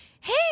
Hey